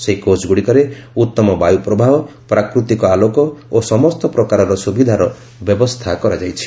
ସେହି କୋଚ୍ଗୁଡ଼ିକରେ ଉତ୍ତମ ବାୟୁ ପ୍ରବାହ ପ୍ରାକୃତିକ ଆଲୋକ ଓ ସମସ୍ତ ପ୍ରକାରର ସ୍ରବିଧାର ବ୍ୟବସ୍ଥା କରାଯାଇଛି